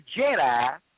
Jedi